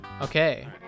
Okay